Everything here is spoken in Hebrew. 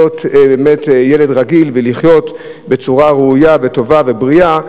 באמת ילד רגיל ולחיות בצורה ראויה וטובה ובריאה,